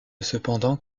cependant